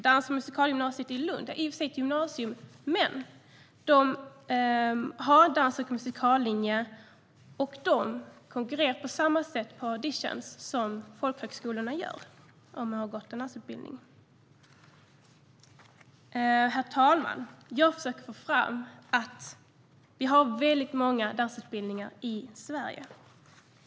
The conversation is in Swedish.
Dans och musikalgymnasiet i Lund är i och för sig ett gymnasium, men de har en dans och musikallinje. De som har gått där konkurrerar på samma sätt på auditions som de som har gått på folkhögskolan. Herr talman! Vad jag försöker få fram är att vi har väldigt många dansutbildningar i Sverige.